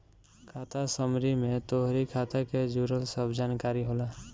खाता समरी में तोहरी खाता के जुड़ल सब जानकारी होला